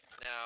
Now